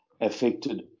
affected